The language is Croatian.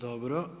Dobro.